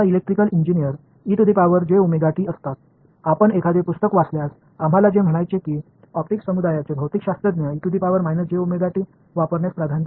electrical இன்ஜினியரிஙில் ஒரு புத்தகத்தை நீங்கள் படிக்கிறீர்கள் என்றால் மின்சார பொறியியலாளர்கள் வழக்கமாக இல் பயன்படுத்துகிறார்கள்